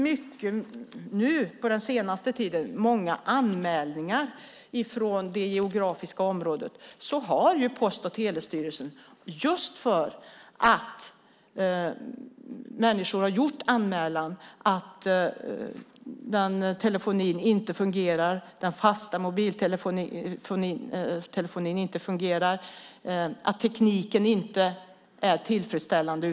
På senare tid har det kommit många anmälningar från det geografiska området om att telefonin och fastmobiltelefonin inte fungerar samt att tekniken inte är tillfredsställande.